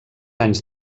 anys